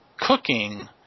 cooking